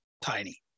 tiny